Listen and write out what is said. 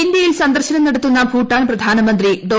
ഇന്തൃയിൽ സന്ദർശനം നടത്തുന്ന ഭൂട്ടാൻ പ്രധാനമന്ത്രി ഡോ